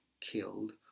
killed